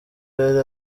yari